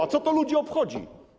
A co to ludzi obchodzi?